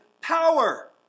power